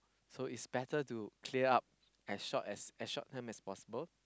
so it's better to clear up as short as short time as possible